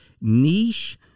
niche